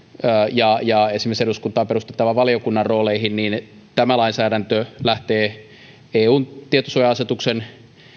ja ja esimerkiksi eduskuntaan perustettavan valiokunnan rooleihin tämä lainsäädäntö lähtee eun tietosuoja asetuksen